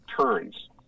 turns